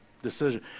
decision